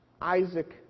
Isaac